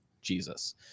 Jesus